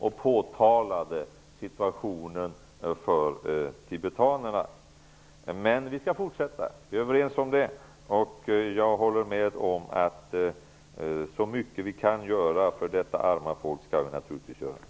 Jag påtalade situationen för tibetanerna. Men vi skall fortsätta -- det är vi överens om. Jag håller med om att vi naturligtvis skall göra så mycket vi kan för att hjälpa detta arma folk.